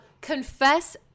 Confess